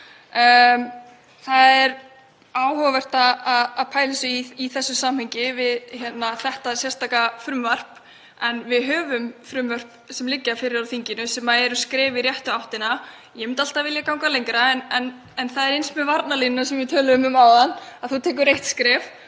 Það er áhugavert að pæla í því í samhengi við þetta sérstaka frumvarp. Við höfum frumvörp sem liggja fyrir í þinginu sem eru skref í réttu áttina. Ég myndi alltaf vilja ganga lengra en það er eins og með varnarlínuna sem við töluðum um áðan, að þú tekur eitt skref